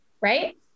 right